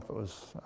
was,